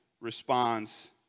responds